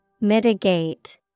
Mitigate